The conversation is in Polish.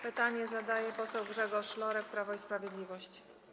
Pytanie zadaje poseł Grzegorz Lorek, Prawo i Sprawiedliwość.